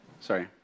Sorry